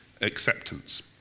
acceptance